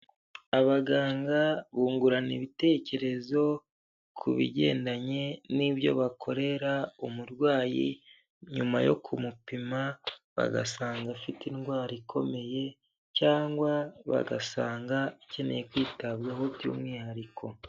Abaganga bungurana ibitekerezo ku bigendanye n'ibyo bakorera umurwayi, nyuma yo kumupima bagasanga afite indwara ikomeye, cyangwa bagasanga akeneye kwitabwaho by'umwihariko.